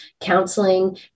counseling